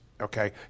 okay